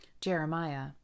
Jeremiah